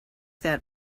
that